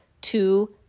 two